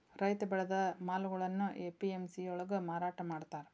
ರೈತ ಬೆಳೆದ ಮಾಲುಗಳ್ನಾ ಎ.ಪಿ.ಎಂ.ಸಿ ಯೊಳ್ಗ ಮಾರಾಟಮಾಡ್ತಾರ್